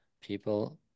people